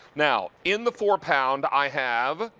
now in the four-pound i have